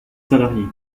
salariés